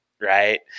right